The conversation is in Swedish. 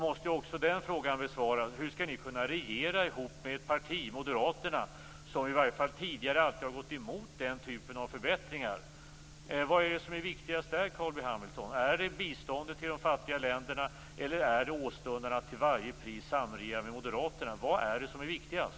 Hur skall Folkpartiet kunna regera ihop med ett parti, Moderaterna, som i varje fall tidigare alltid har gått emot den typen av förbättringar? Vad är det som är viktigast, Carl B Hamilton? Är det biståndet till de fattiga länderna, eller är det åstundan att till varje pris samregera med Moderaterna? Vad är viktigast?